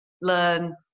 learn